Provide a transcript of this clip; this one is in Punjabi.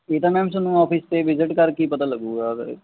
ਇਹ ਤਾ ਮੈਮ ਤੁਹਾਨੂੰ ਆਫਿਸ 'ਤੇ ਵਿਜਿਟ ਕਰਕੇ ਪਤਾ ਲੱਗੂਗਾ